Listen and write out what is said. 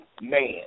Man